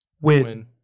Win